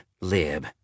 Lib